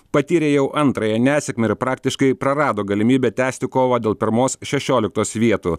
patyrė jau antrąją nesėkmę ir praktiškai prarado galimybę tęsti kovą dėl pirmos šešioliktos vietų